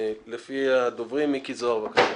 חבר הכנסת מיקי זוהר בבקשה.